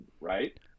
right